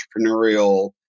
entrepreneurial